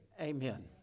Amen